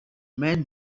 men